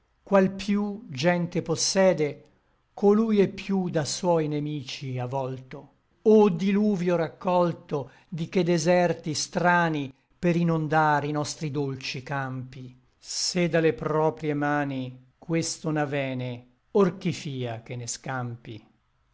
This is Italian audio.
qual piú gente possede colui è piú da suoi nemici avolto o diluvio raccolto di che deserti strani per inondar i nostri dolci campi se da le proprie mani questo n'avene or chi fia che ne scampi